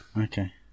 Okay